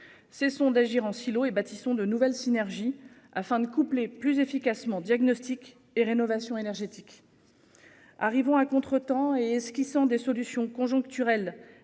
Cessons d'agir en silos et bâtissons de nouvelles synergies afin de coupler plus efficacement diagnostic et rénovation énergétique. Arrivons à contretemps et ceux qui sont des solutions conjoncturelles